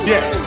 Yes